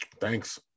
Thanks